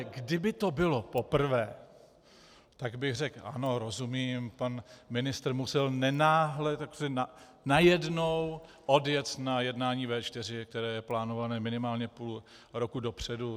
Kdyby to bylo poprvé, tak bych řekl ano, rozumím, pan ministr musel ne náhle, najednou odjet na jednání V4, které je plánované minimálně půl roku dopředu.